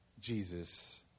jesus